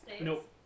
Nope